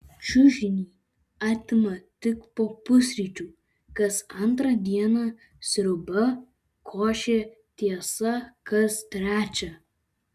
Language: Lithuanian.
čiužinį atima tik po pusryčių kas antrą dieną sriuba košė tiesa kas trečią